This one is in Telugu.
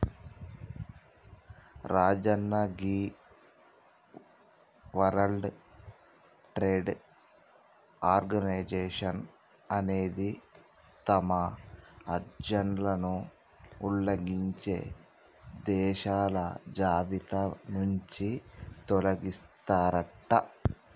రాజన్న గీ వరల్డ్ ట్రేడ్ ఆర్గనైజేషన్ అనేది తమ ఆజ్ఞలను ఉల్లంఘించే దేశాల జాబితా నుంచి తొలగిస్తారట